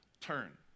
turn